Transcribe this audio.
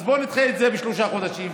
בוא נדחה את זה בשלושה חודשים,